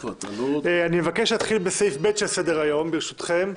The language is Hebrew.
אני מבקש להתחיל בסעיף ב' בסדר-היום, ברשותכם.